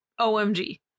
OMG